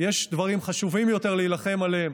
יש דברים חשובים יותר להילחם עליהם.